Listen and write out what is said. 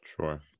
Sure